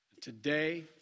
Today